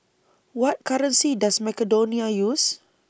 What currency Does Macedonia use